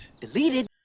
deleted